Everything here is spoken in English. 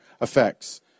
effects